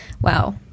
wow